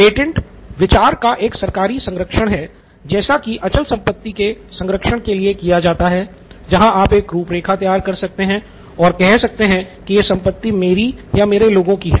patent विचार का एक सरकारी संरक्षण है जैसा की अचल संपत्ति के संरक्षण के लिए किया जाता है जहां आप एक रूपरेखा तैयार कर सकते हैं और कह सकते हैं कि यह संपत्ति मेरी या मेरे लोगों की है